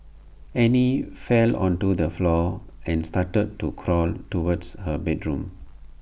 Annie fell onto the floor and started to crawl towards her bedroom